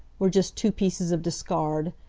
we're just two pieces of discard.